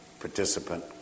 participant